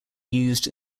used